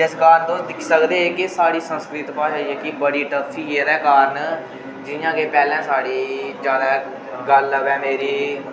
जिस कारण तुस दिक्खी सकदे साढ़ी संस्कृत भाशा जेह्की बड़ी टफ ही जेह्दे कारण जियां कि पैह्लें साढ़ी ज्यादा गल्ल आवै मेरी